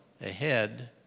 ahead